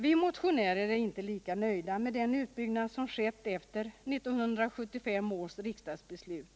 Vi motionärer är inte lika nöjda med den utbyggnad som skett efter 1975 års riksdagsbeslut.